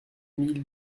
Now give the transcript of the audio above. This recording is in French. mille